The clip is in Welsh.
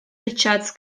richards